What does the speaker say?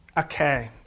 ah okay.